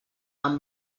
amb